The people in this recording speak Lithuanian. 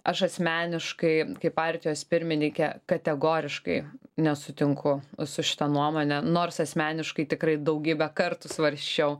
aš asmeniškai kaip partijos pirmininkė kategoriškai nesutinku su šita nuomone nors asmeniškai tikrai daugybę kartų svarsčiau